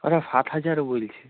ওরা সাত হাজার বলছে